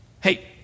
hey